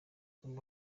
ubu